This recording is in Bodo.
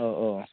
औ औ